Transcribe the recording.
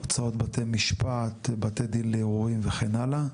הוצאות בתי משפט, בתי דין לערעורים וכן הלאה,